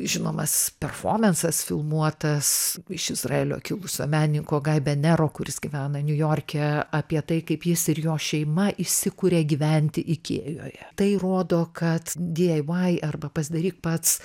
žinomas performansas filmuotas iš izraelio kilusio menininko gaibe nero kuris gyvena niujorke apie tai kaip jis ir jo šeima įsikuria gyventi ikėjoje tai rodo kad di ei vai arba pasidaryk pats